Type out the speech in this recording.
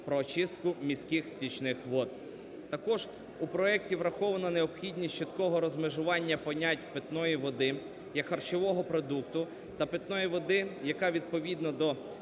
про очистку міських стічних вод. Також у проекті враховано необхідність чіткого розмежування понять питної води як харчового продукту та питної води, яка відповідно до